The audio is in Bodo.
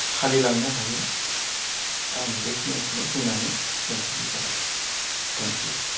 फालिलांनो हायो आं बेखिनिखौनो बुंनानै दोन्थ'नाय जाबाय थेंक इउ